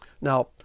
Now